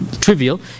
trivial